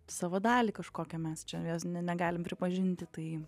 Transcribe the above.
savo dalį kažkokią mes čia jos ne negalim pripažinti tai